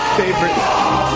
favorite